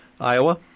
Iowa